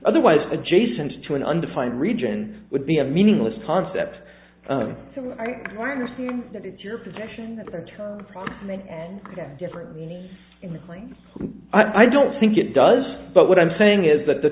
otherwise adjacent to an undefined region would be a meaningless concept so it's your protection that different things i don't think it does but what i'm saying is that the